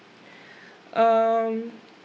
um